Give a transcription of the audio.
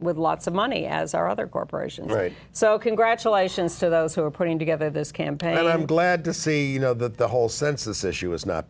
with lots of money as are other corporations so congratulations to those who are putting together this campaign and i'm glad to see you know that the whole census issue is not